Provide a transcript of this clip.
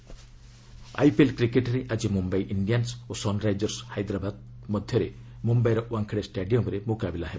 IPL cricket IPL କ୍ରିକେଟରେ ଆଜି Mumbai Indians ଓ ସନ୍ରାଇଜର୍ସ ହାଇଦ୍ରାବାଦଠାରେ ମୁମ୍ଘାଇର ୱାଙ୍ଗଡେ ଷ୍ଟାଡିୟମରେ ମୁକାବିଲା ହେବ